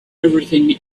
everything